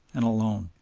and alone,